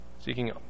seeking